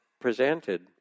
presented